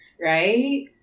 right